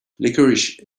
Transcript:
licorice